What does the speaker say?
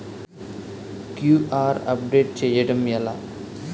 QR update చేయడం ఎలా?